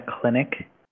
clinic